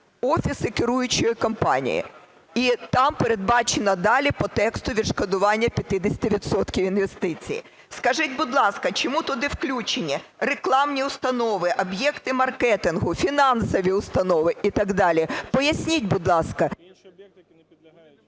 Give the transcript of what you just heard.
офіси керуючої компанії? І там передбачено, далі по тексту, відшкодування 50 відсотків інвестицій. Скажіть, будь ласка, чому туди включені рекламні установи, об'єкти маркетингу, фінансові установи і так далі? Поясніть, будь ласка.